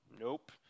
Nope